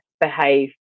behave